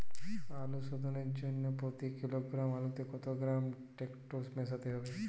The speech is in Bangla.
আলু শোধনের জন্য প্রতি কিলোগ্রাম আলুতে কত গ্রাম টেকটো মেশাতে হবে?